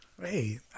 Hey